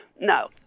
No